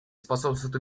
способствуют